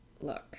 look